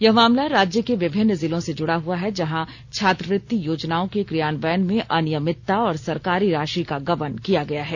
यह मामला राज्य के विभिन्न जिलों से जुड़ा हुआ है जहां छात्रवृत्ति योजनाओं के क्रियान्वयन में अनियमितता और सरकारी राशि का गबन किया गया है